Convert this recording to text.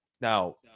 Now